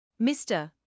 Mr